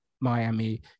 Miami